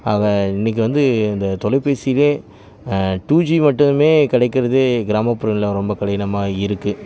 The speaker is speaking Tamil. ஆக இன்னைக்கு வந்து அந்த தொலைபேசியவே டூ ஜி மட்டுமே கிடைக்கிறதே கிராமப்புறங்களில் ரொம்ப கடினமாக இருக்கு